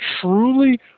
truly